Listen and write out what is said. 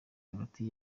hagati